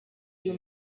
uyu